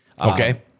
Okay